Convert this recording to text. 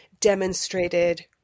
demonstrated